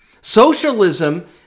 Socialism